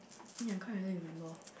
ya can't really remember